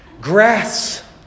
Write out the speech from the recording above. Grass